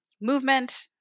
movement